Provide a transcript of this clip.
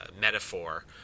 metaphor